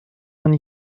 vingt